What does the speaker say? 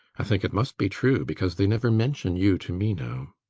i think it must be true, because they never mention you to me now.